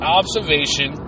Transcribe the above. observation